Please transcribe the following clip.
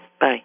Bye